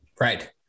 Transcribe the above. Right